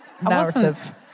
narrative